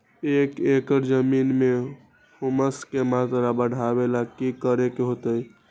एक एकड़ जमीन में ह्यूमस के मात्रा बढ़ावे ला की करे के होतई?